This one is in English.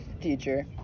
teacher